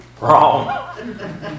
Wrong